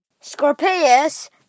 Scorpius